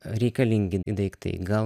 reikalingi daiktai gal